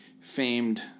famed